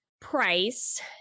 price